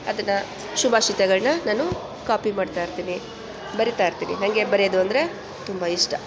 ಅದನ್ನು ಶುಭಾಷಿತಗಳನ್ನ ನಾನು ಕಾಪಿ ಮಾಡ್ತಾಯಿರ್ತೀನಿ ಬರಿತಾ ಇರ್ತೀನಿ ನನಗೆ ಬರೆಯೋದು ಅಂದರೆ ತುಂಬ ಇಷ್ಟ